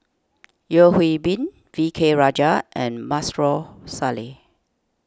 Yeo Hwee Bin V K Rajah and Maarof Salleh